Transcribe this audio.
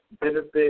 benefit